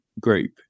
group